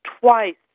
twice